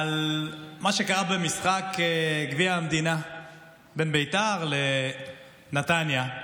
מה שקרה במשחק גביע המדינה בין בית"ר לנתניה.